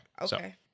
Okay